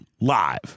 live